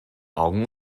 augen